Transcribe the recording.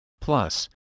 Plus